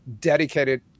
dedicated